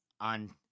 on